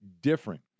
different